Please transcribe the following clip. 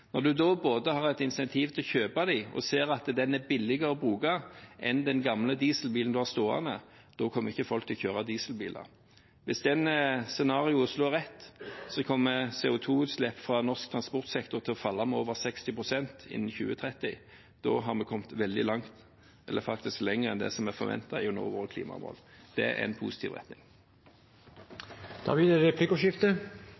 Når en da både har et incentiv til å kjøpe en slik bil og ser at den er billigere å bruke enn den gamle dieselbilen en har stående, kommer ikke folk til å kjøre dieselbiler. Hvis dette scenarioet slår til, kommer CO2-utslipp fra norsk transportsektor til å falle med over 60 pst. innen 2030. Da har vi kommet veldig langt, faktisk lenger enn det som er forventet, i å nå våre klimamål. Det er en positiv